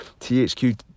THQ